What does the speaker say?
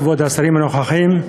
כבוד השרים הנוכחים,